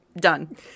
done